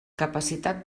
capacitat